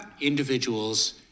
individuals